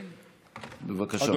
בבקשה.